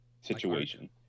situation